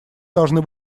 должны